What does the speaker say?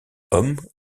hommes